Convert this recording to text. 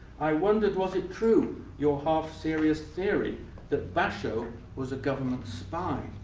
i wondered was it true, your half-serious theory that basho was a government spy?